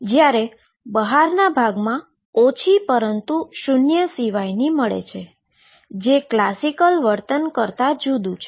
જ્યારે બહારના ભાગમાં ઓછી પરંતુ શુન્ય સિવાય હોય છે જે ક્લાસિકલ વર્તન કરતા જુદુ છે